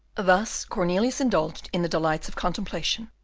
thus cornelius indulged in the delights of contemplation,